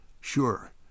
Sure